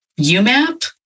UMAP